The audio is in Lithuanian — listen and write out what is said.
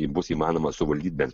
bus įmanoma suvaldyt bent